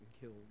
killed